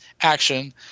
action